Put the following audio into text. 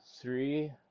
three